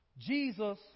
Jesus